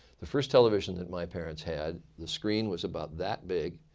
the first television that my parents had, the screen was about that big.